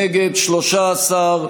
נגד, 13,